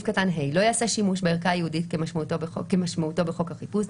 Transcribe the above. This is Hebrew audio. "(ה) לא ייעשה שימוש בערכה הייעודית כמשמעותו בחוק החיפוש,